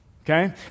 Okay